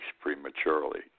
prematurely